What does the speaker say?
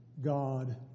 God